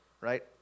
right